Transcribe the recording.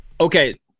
Okay